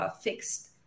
fixed